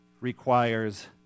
requires